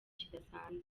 kidasanzwe